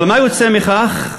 אבל מה יוצא מכך,